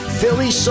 Philly